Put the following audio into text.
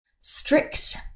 strict